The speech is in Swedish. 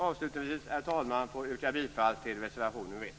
Avslutningsvis, herr talman, vill jag yrka bifall till reservation nr 1.